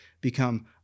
become